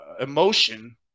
emotion